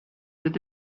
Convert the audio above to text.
with